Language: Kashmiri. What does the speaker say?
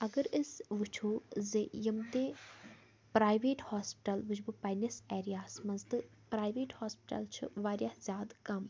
اَگر أسۍ وُچھو زِ یِم تہِ پرٛایویٹ ہاسپِٹَل وُچھہِ بہٕ پننِس ایریا ہَس منٛز تہٕ پرٛایویٹ ہاسپِٹَل چھِ واریاہ زیادٕ کَم